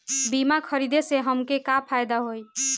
बीमा खरीदे से हमके का फायदा होई?